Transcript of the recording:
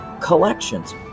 collections